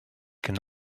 can